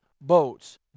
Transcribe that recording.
boats